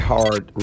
Hard